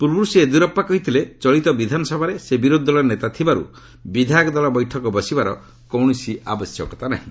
ପୂର୍ବରୁ ଶ୍ରୀ ୟେଦୁରପ୍ପା କହିଥିଲେ ଚଳିତ ବିଧାନସଭାରେ ସେ ବିରୋଧୀ ଦଳର ନେତା ଥିବାରୁ ବିଧାୟକ ଦଳ ବୈଠକ ବସିବାର କୌଣସି ଆବଶ୍ୟକତା ନାହିଁ